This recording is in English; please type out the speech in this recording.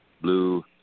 Blue